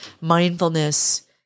mindfulness